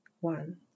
one